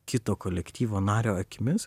kito kolektyvo nario akimis